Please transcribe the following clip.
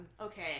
okay